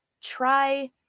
try